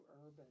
urban